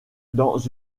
dans